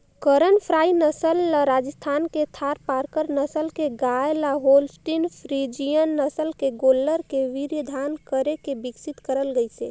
करन फ्राई नसल ल राजस्थान के थारपारकर नसल के गाय ल होल्सटीन फ्रीजियन नसल के गोल्लर के वीर्यधान करके बिकसित करल गईसे